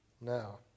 now